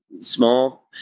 small